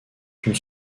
une